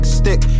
stick